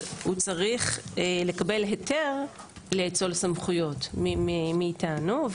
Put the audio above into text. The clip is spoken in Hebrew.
הוא צריך לקבל היתר לאצול סמכויות מאיתנו.